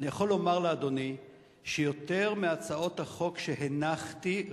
אני יכול לומר לאדוני שיותר מהצעות החוק שהנחתי,